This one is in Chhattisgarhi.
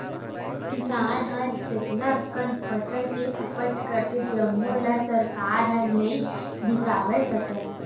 किसान ह जतना कन फसल के उपज करथे जम्मो ल सरकार ह नइ बिसावय सके